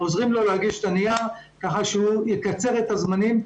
עוזרים לו להגיש את הנייר כדי שהוא יקצר את הזמנים.